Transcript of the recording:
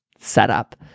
setup